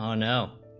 um no